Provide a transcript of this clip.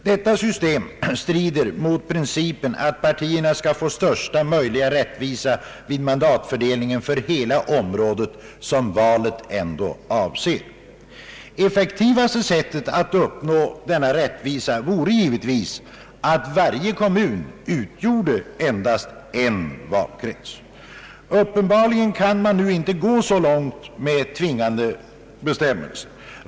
Detta system strider mot principen att partierna skall få största möjliga rättvisa vid mandatfördelningen för hela det område valet avser. Effektivaste sättet att uppnå denna rättvisa vore givetvis att varje kommun utgjorde en valkrets. Uppenbarligen kan man emellertid nu inte gå så långt med tvingande bestämmelser.